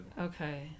Okay